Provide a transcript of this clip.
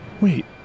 Wait